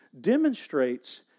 demonstrates